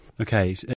Okay